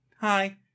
Hi